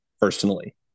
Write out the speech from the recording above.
personally